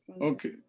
Okay